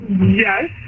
Yes